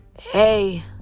Hey